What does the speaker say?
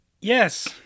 Yes